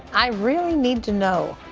i really need to know.